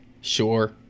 Sure